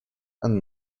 and